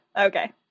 Okay